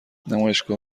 نمایشگاه